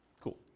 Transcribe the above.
Cool